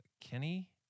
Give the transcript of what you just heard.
Kenny